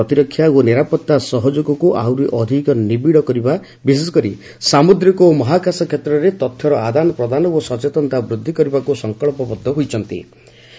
ଉଭୟ ନେତା ପ୍ରତିରକ୍ଷା ଓ ନିରାପତ୍ତା ସହଯୋଗକୁ ଆହୁରି ଅଧିକ ନିବିଡ କରିବା ବିଶେଷକରି ସାମୁଦ୍ରିକ ଓ ମହାକାଶ କ୍ଷେତ୍ରରେ ତଥ୍ୟର ଆଦାନ ପ୍ରଦାନ ଓ ସଚେତନତା ବୃଦ୍ଧି କରିବାକୃ ସଂକଳ୍ପବଦ୍ଧ ହୋଇଛନ୍ତି